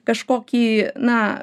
kažkokį na